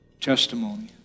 testimony